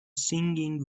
singing